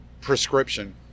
prescription